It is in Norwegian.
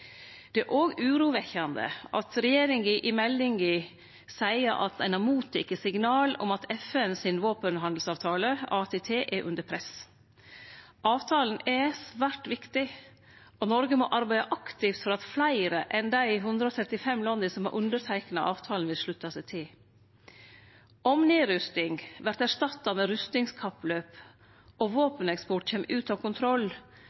Det er òg urovekkjande at regjeringa i meldinga seier at ein har mottatt signal om at FN sin våpenhandelsavtale, ATT, er under press. Avtalen er svært viktig, og Noreg må arbeide aktivt for at fleire enn dei 135 landa som har underteikna avtalen, vil slutta seg til han. Om nedrusting vert erstatta med rustingskappløp og våpeneksport kjem ut av kontroll,